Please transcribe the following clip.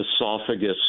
esophagus